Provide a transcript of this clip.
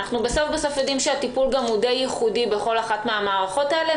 בסוף-בסוף אנחנו יודעים שהטיפול הוא די ייחודי בכל אחת מן המערכות האלה,